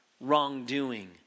wrongdoing